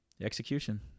Execution